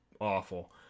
awful